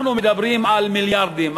אנחנו מדברים על מיליארדים,